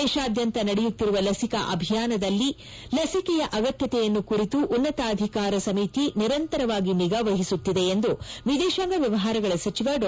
ದೇಶಾದ್ಯಂತ ನಡೆಯುತ್ತಿರುವ ಲಸಿಕಾ ಅಭಿಯಾನದಲ್ಲಿ ಲಸಿಕೆಯ ಅಗತ್ಯತೆಯನ್ನು ಕುರಿತು ಉನ್ನತಾಧಿಕಾರ ಸಮಿತಿ ನಿರಂತರವಾಗಿ ನಿಗಾ ವಹಿಸುತ್ತಿದೆ ಎಂದು ವಿದೇಶಾಂಗ ವ್ಯವಹಾರಗಳ ಸಚಿವ ಡಾ